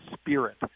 spirit